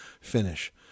finish